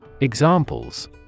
Examples